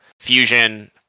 fusion